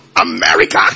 America